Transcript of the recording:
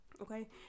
Okay